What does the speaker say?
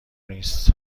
نیست